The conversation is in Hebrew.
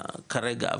כרגע,